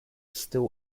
still